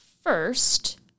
First